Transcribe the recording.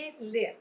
Lip